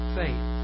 faith